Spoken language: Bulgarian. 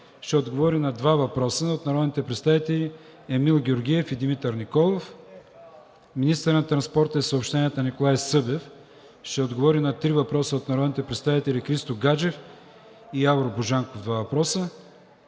ще отговори на два въпроса от народните представители Емил Георгиев и Димитър Николов; - министърът на транспорта и съобщенията Николай Събев ще отговори на три въпроса от народните представители Христо Гаджев; Явор Божанков – два въпроса;